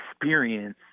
experience